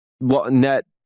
net